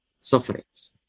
sufferings